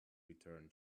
return